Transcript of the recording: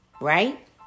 right